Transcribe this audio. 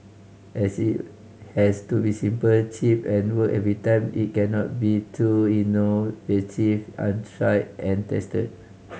as it has to be simple cheap and work every time it cannot be too innovative on try and tested